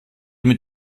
mit